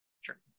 Sure